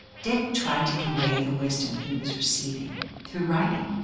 dick tried to convey the wisdom he was receiving through writing.